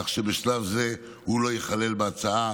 כך שבשלב זה הוא לא ייכלל בהצעה,